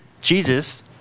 Jesus